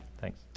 Thanks